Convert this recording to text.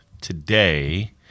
today